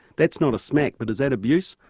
that's not a smack, but is that abuse?